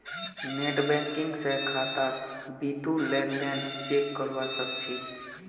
net banking स खातात बितु लेन देन चेक करवा सख छि